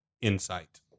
insight